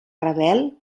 rebel